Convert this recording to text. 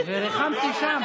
מקפחים אותך.